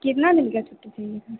कितना दिन का छुट्टी चाहिए था